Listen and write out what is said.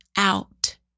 out